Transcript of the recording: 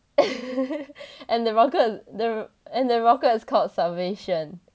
and the rocket the and the rocket's called salvation